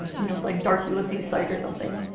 you know like, dark ulysses site or something.